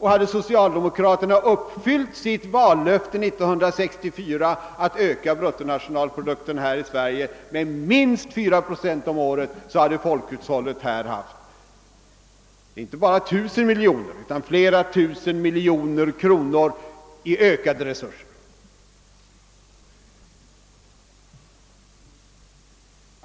Hade socialdemokraterna uppfyllt vallöftet från 1964 att öka bruttonationalprodukten med minst 4 procent om året, så hade folkhushållet haft inte bara 1000 miljoner kronor utan flera tusen miljoner kronor i ökade resurser.